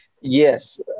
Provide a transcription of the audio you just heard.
Yes